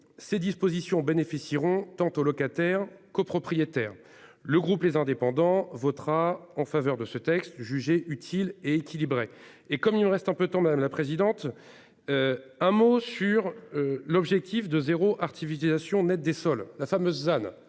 ces dispositions bénéficieront tantôt locataires, copropriétaires le groupe les indépendants votera en faveur de ce texte jugé utile et équilibrée et comme il nous reste un peu temps madame la présidente. Un mot sur l'objectif de zéro artificialisation nette des sols, la fameuse ZAD.